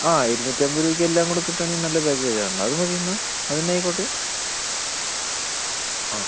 ആ ഇരുന്നൂറ്റൻപത് രൂപക്ക് എല്ലാം കൂടി കിട്ടുകയാണേ നല്ല പാക്കേജ് ആണല്ലോ അത് മതി എന്നാൽ അതു തന്നെ ആയിക്കോട്ടെ ആ